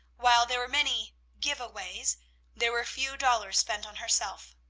while there were many give aways, there were few dollars spent on herself.